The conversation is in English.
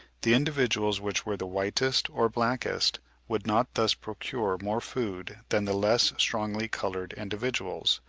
the individuals which were the whitest or blackest would not thus procure more food than the less strongly coloured individuals.